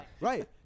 right